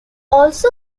also